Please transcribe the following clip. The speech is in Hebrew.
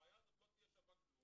הראייה הזו לא תהיה שווה דבר